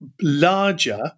larger